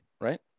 right